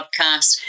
podcast